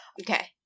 Okay